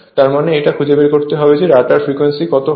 তার মানে এটা খুঁজে বের করতে হবে যে রটার ফ্রিকোয়েন্সি কত হবে